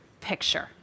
picture